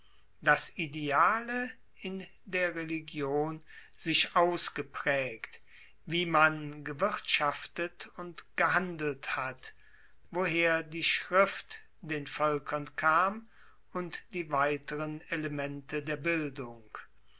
das ideale in der religion sich ausgepraegt wie man gewirtschaftet und gehandelt hat woher die schrift den voelkern kam und die weiteren elemente der bildung